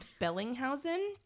Bellinghausen